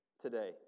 today